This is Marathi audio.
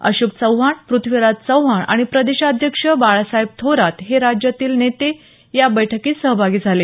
अशोक चव्हाण प्रथ्वीराज चव्हाण आणि प्रदेश अध्यक्ष बाळासाहेब थोरात हे राज्यातील नेते या बैठकीत सहभागी झाले